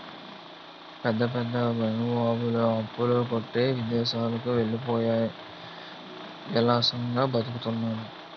పెద్ద పెద్ద బడా బాబులు అప్పుల కొట్టి విదేశాలకు వెళ్ళిపోయి విలాసంగా బతుకుతున్నారు